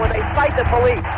fight the police.